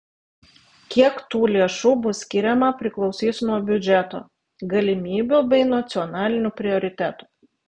kiek tų lėšų bus skiriama priklausys nuo biudžeto galimybių bei nacionalinių prioritetų